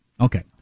Okay